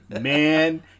Man